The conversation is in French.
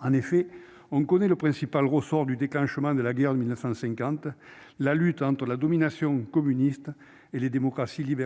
En effet, on connaît le principal ressort du déclenchement de la guerre en 1950 : la lutte pour la domination dans la région entre les